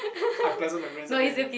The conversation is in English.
unpleasant memories okay okay